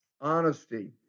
Honesty